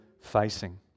facing